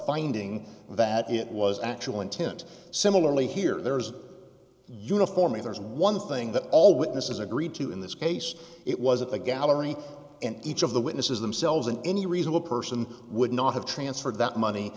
finding that it was actual intent similarly here there's uniformity there is one thing that all witnesses agree to in this case it was at the gallery and each of the witnesses themselves and any reasonable person would not have transferred that money